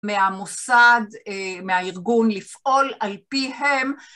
מהמוסד, מהארגון לפעול על פיהם.